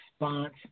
response